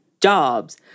jobs